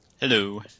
Hello